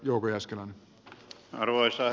arvoisa herra puhemies